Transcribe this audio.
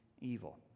evil